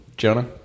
Jonah